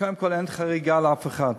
קודם כול, אין חריגה לאף אחד,